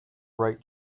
write